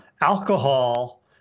alcohol